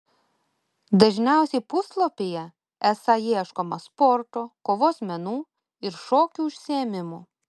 dažniausiai puslapyje esą ieškoma sporto kovos menų ir šokių užsiėmimų